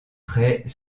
trait